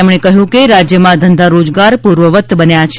તેમણે કહ્યું હતું કે રાજ્યમાં ધંધા રોજગાર પૂર્વવત બન્યા છે